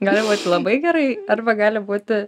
gali būti labai gerai arba gali būti